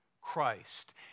Christ